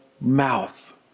mouth